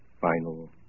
final